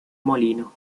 molino